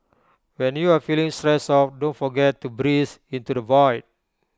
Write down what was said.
when you are feeling stressed out don't forget to breathe into the void